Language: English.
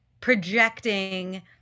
projecting